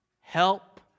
help